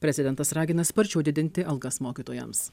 prezidentas ragina sparčiau didinti algas mokytojams